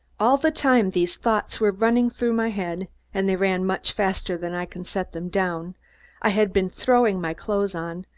all the time these thoughts were running through my head and they ran much faster than i can set them down i had been throwing my clothes on,